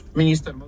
minister